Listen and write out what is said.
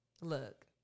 Look